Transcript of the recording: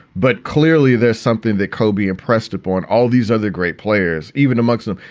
but clearly, there's something that kobe impressed upon all these other great players, even amongst them.